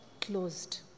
closed